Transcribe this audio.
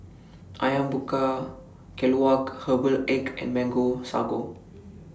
Ayam Buah Keluak Herbal Egg and Mango Sago